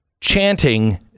chanting